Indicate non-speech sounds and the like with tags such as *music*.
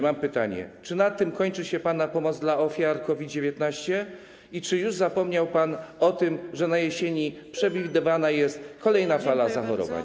Mam pytanie: Czy na tym kończy się pana pomoc dla ofiar COVID-19 i czy już zapomniał pan o tym, że na jesieni *noise* przewidywana jest kolejna fala zachorowań?